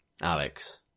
Alex